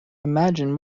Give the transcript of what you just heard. imagine